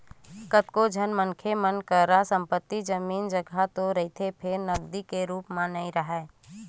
कतको झन मनखे मन करा संपत्ति, जमीन, जघा तो रहिथे फेर नगदी के रुप म नइ राहय